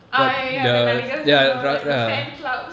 ah ya ya ya நடிகர்சங்கம்:nadikar sangam like the fan clubs